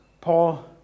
Paul